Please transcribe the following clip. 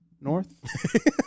north